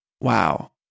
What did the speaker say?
wow